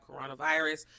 coronavirus